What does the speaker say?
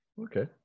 Okay